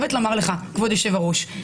אלא הם יוכלו ללכת בבטחה ברחוב ולהרגיש שהם